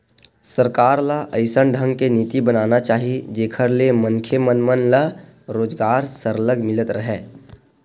सरकार ल अइसन ढंग के नीति बनाना चाही जेखर ले मनखे मन मन ल रोजगार सरलग मिलत राहय